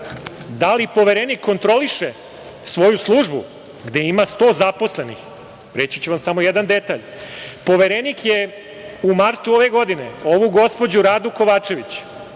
da li Poverenik kontroliše svoju službu gde ima sto zaposlenih, reći ću vam samo jedan detalj, Poverenik je u martu ove godine, ovu gospođu Radu Kovačević,